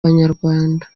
banyarwanda